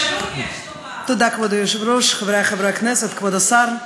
כבוד היושב-ראש, תודה, חברי חברי הכנסת, כבוד השר,